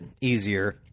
easier